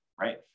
right